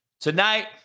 Tonight